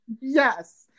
Yes